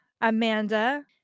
Amanda